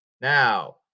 Now